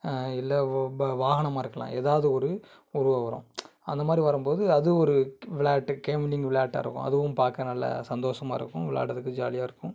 இல்லை ஒ வ வாகனமாக இருக்கலாம் ஏதாவது ஒரு உருவம் வரும் அந்த மாதிரி வரும் போது அது ஒரு விளாயாட்டு கேம்லிங் விளாட்டாக இருக்கும் அதுவும் பார்க்க நல்லா இருக்கும் சந்தோஷமாக இருக்கும் விளாயாட்றதுக்கு ஜாலியாக இருக்கும்